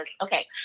Okay